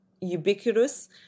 ubiquitous